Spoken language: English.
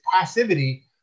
passivity